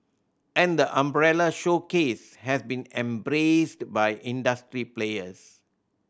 and the umbrella showcase has been embraced by industry players